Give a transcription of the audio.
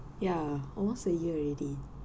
ya almost a year already